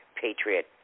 patriot